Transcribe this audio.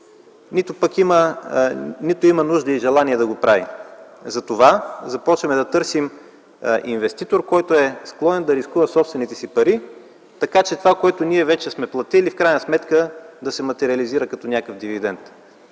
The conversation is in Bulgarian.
нито има нужда и желание да го прави. Затова започваме да търсим инвеститор, който е склонен да рискува собствените си пари, така че това, което вече сме платили, в крайна сметка да се материализира като някакъв дивидент.